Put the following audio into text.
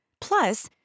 Plus